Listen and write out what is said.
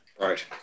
Right